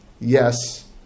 yes